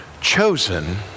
chosen